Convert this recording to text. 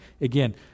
Again